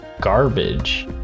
garbage